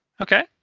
Okay